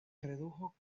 redujo